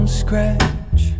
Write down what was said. scratch